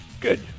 Good